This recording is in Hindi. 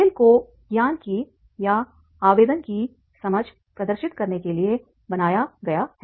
खेल को ज्ञान की या आवेदन की समझ प्रदर्शित करने के लिए बनाया गया है